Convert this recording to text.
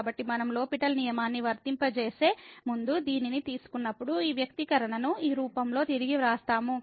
కాబట్టి మనం L'Hopital L'Hospital నియమాన్ని వర్తింపజేసే ముందు దీనిని తీసుకున్నప్పుడు ఈ వ్యక్తీకరణను ఈ రూపంలో తిరిగి వ్రాస్తాము